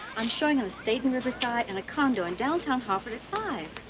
i'm showing an estate in riverside and a condo in downtown hartford at five